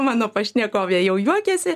mano pašnekovė jau juokiasi